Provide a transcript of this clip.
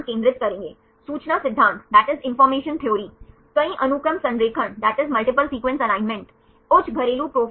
इसलिए यदि आपको ये phi psi कोण मिलते हैं जो इस क्षेत्र या इस क्षेत्र के भीतर होने चाहिए तो आप कह सकते हैं कि ये अवशेष इस अल्फा हेलिक्स के हैं जो आप कर सकते हैं